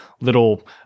little